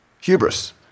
Hubris